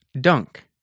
Dunk